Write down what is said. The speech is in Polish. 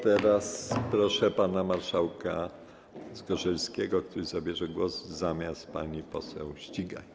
Teraz proszę pana marszałka Zgorzelskiego, który zabierze głos zamiast pani poseł Ścigaj.